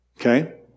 Okay